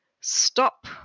stop